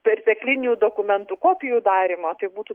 perteklinių dokumentų kopijų darymo tai būtų